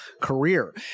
career